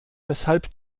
weshalb